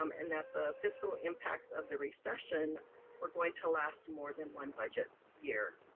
um and that the fiscal impacts of the recession were going to last more than one budget year.